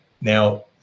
Now